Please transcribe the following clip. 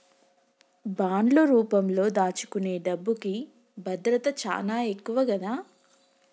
బాండ్లు రూపంలో దాచుకునే డబ్బుకి భద్రత చానా ఎక్కువ గదా